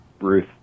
Ruth